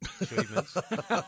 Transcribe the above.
achievements